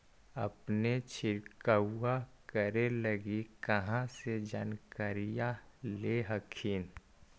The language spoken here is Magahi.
अपने छीरकाऔ करे लगी कहा से जानकारीया ले हखिन?